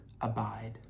abide